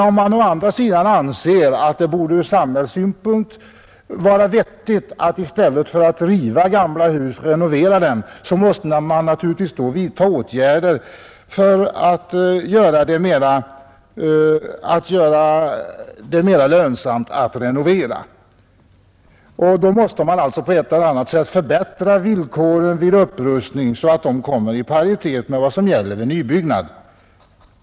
Om man å andra sidan anser att det från samhällsekonomisk synpunkt borde vara vettigt att reparera gamla hus i stället för att riva dem, så måste man naturligtvis vidta åtgärder för att göra det mera lönsamt att renovera. Vi måste då på ett eller annat sätt förbättra villkoren för upprustning, så att de kommer i paritet med vad som gäller för nybyggnad.